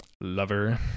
lover